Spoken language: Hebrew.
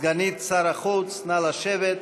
סגנית שר החוץ, נא לשבת.